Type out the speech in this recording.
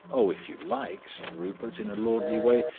oh, if you like, said rupert, in a lordly way.